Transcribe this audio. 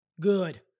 Good